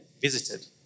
visited